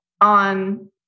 on